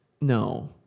No